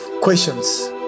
questions